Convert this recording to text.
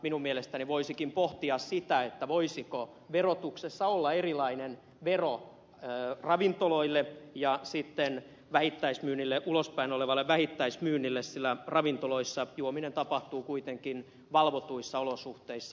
minun mielestäni voisikin pohtia sitä voisiko verotuksessa olla erilainen vero ravintoloille ja ulospäin suuntautuvalle vähittäismyynnille sillä ravintoloissa juominen tapahtuu kuitenkin valvotuissa olosuhteissa